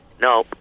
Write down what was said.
no